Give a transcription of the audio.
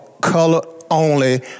color-only